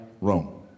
Rome